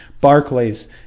Barclay's